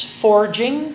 forging